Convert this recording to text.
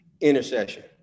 intercession